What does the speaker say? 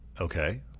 Okay